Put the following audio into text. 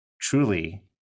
truly